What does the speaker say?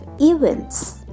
events